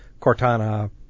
Cortana